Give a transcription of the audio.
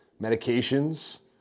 medications